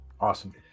awesome